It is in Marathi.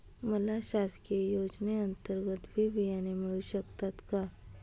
मला शासकीय योजने अंतर्गत बी बियाणे मिळू शकतात का?